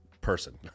person